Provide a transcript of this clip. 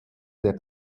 der